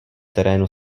terénu